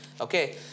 okay